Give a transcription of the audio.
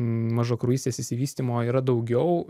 mažakraujystės išsivystymo yra daugiau